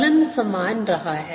फलन समान रहा है